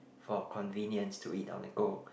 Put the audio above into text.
for convenience to eat on the go